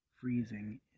Freezing